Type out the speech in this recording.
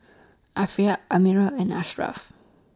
Arifa Ammir and Ashraff